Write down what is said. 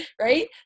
Right